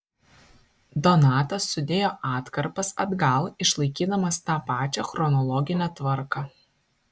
donatas sudėjo atkarpas atgal išlaikydamas tą pačią chronologinę tvarką